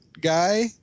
guy